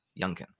Youngkin